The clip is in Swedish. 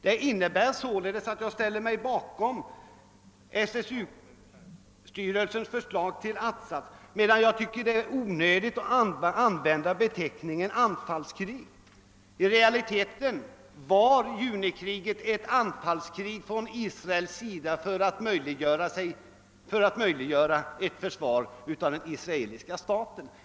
Det innebär således att jag ställer mig bakom SSU:s styrelses förslag till att-sats men att jag tycker det var onödigt att använda beteckningen anfallskrig. I realiteten var junikriget ett anfallskrig från Israel för att möjliggöra ett försvar av den israeliska staten.